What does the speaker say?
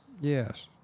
Yes